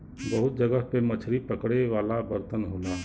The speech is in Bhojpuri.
बहुत जगह पे मछरी पकड़े वाला बर्तन होला